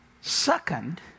Second